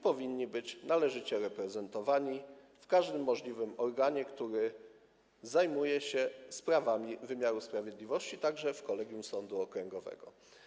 Powinni być należycie reprezentowani w każdym możliwym organie, który zajmuje się sprawami wymiaru sprawiedliwości, także w kolegium sądu okręgowego.